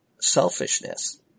selfishness